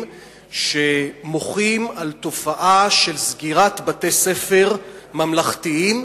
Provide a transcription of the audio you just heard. שמוחים על תופעה של סגירת בתי-ספר ממלכתיים